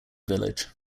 village